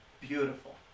beautiful